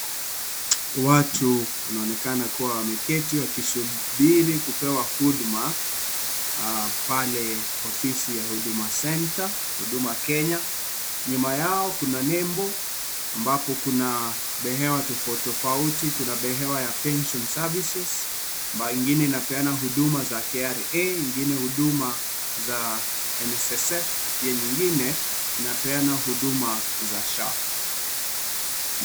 Watu wanaonekana kubwa wameketi wakisubiri, kupewa huduma, pale ofisi ya Huduma Center, Huduma Kenya, nyuma yao kuna nembo ambapo kuna behewa tofauti tofauti, kuna behewa ya Pension Services ambayo inapeana huduma za KRA ingine huduma za NSSF na Pia nyingine inapeana huduma za SHA.